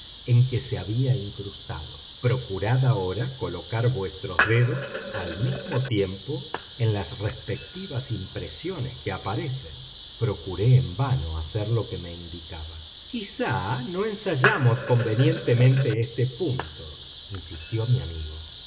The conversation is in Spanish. en que se había incrustado procurad ahora colocar vuestros dedos al mismo tiempo en las respectivas impresiones que aparecen procuré en vano hacer lo que me indicaba quizá no ensayamos convenientemente este punto insistió mi amigo